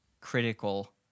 critical